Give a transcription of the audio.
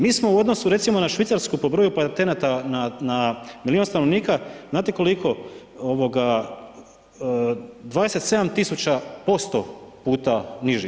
Mi smo u odnosu recimo na Švicarsku, po broju patenata na milijun stanovnika, znate koliko 27 tisuća posto puta niži.